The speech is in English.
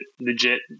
legit